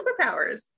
superpowers